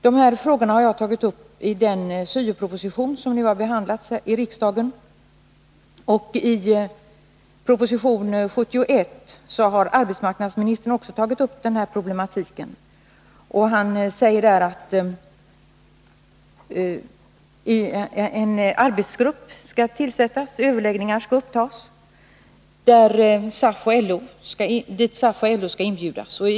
De här frågorna har jag tagit upp i den syoproposition som nu har behandlats i riksdagen, och i proposition 71 har också arbetsmarknadsministern tagit upp denna problematik. Han föreslår där att en arbetsgrupp skall tillsättas och att SAF och LO skall inbjudas att delta i överläggningarna.